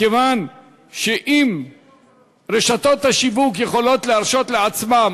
מכיוון שאם רשתות השיווק יכולות להרשות לעצמן,